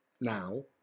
now